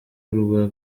urwa